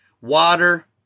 water